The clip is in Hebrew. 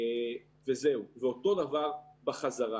ואותו דבר בחזרה.